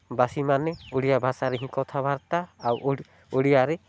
ବାସୀମାନେ ଓଡ଼ିଆ ଭାଷାରେ ହିଁ କଥାବାର୍ତ୍ତା ଆଉ ଓଡ଼ିଆରେ